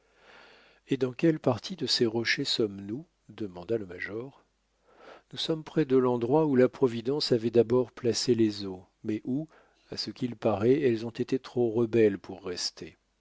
et dans quelle partie de ces rochers sommes-nous demanda le major nous sommes près de l'endroit où la providence avait d'abord placé les eaux mais où à ce qu'il paraît elles ont été trop rebelles pour rester